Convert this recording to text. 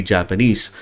Japanese